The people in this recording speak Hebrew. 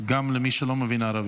גם מי שלא מבין ערבית.